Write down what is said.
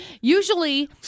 usually